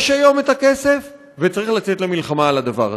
יש היום כסף לזה, וצריך לצאת למלחמה על הדבר הזה.